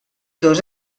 dos